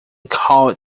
called